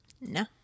No